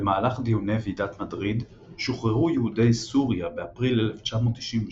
במהלך דיוני ועידת מדריד שוחררו יהודי סוריה באפריל 1992,